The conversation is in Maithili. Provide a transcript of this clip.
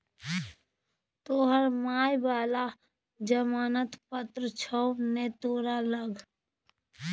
तोहर माय बला जमानत पत्र छौ ने तोरा लग